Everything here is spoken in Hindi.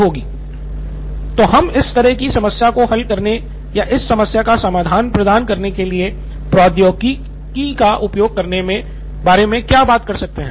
नितिन कुरियन तो हम इस तरह की समस्या को हल करने या इस समस्या का समाधान प्रदान करने के लिए प्रौद्योगिकी का उपयोग करने के बारे में क्या कर सकते हैं